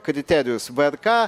kriterijus vrk